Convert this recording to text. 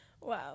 wow